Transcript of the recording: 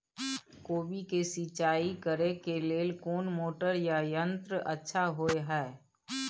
कोबी के सिंचाई करे के लेल कोन मोटर या यंत्र अच्छा होय है?